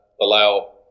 allow